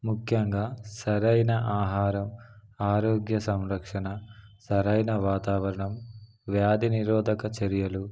ముఖ్యంగా సరైన ఆహారం ఆరోగ్య సంరక్షణ సరైన వాతావరణం వ్యాధినిరోధక చర్యలు